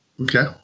Okay